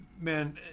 man